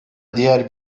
diğer